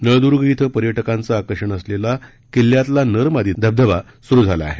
नळद्र्ग इथं पर्यटकांचं आकर्षण असलेला किल्ल्यातला नर मादी धबधबा स्रू झाला आहे